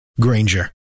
Granger